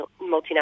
multinational